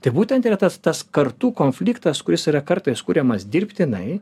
tai būtent yra tas tas kartų konfliktas kuris yra kartais kuriamas dirbtinai